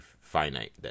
finite